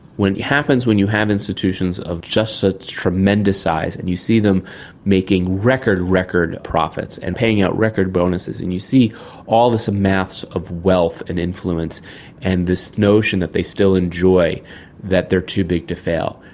happens when you have institutions of just such tremendous size and you see them making record, record profits and paying out record bonuses, and you see all this mass of wealth and influence and this notion that they still enjoy that they are too big to fail.